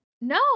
No